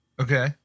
Okay